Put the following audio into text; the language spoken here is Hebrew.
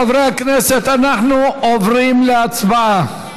חברי הכנסת, אנחנו עוברים להצבעה.